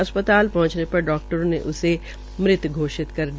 अस्पताल पहुंचने पर डाकटरों ने उसे मृत घोषित कर दिया